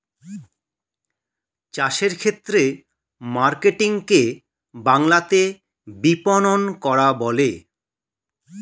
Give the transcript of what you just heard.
চাষের ক্ষেত্রে মার্কেটিং কে বাংলাতে বিপণন করা বলে